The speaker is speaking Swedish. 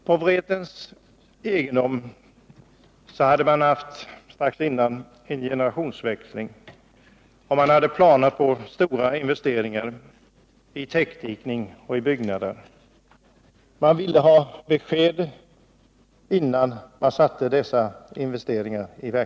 På Vretens egendom hade det skett en generationsväxling, och det fanns planer på stora investeringar i täckdikning och byggnader. Nu ville man ha besked innan man gjorde dessa investeringar.